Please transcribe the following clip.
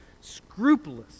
scrupulous